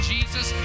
Jesus